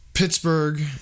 Pittsburgh